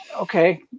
okay